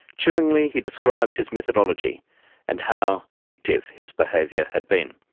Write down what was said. chillingly, he described his methodology and how addictive his behavior had been.